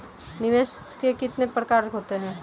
निवेश के कितने प्रकार होते हैं?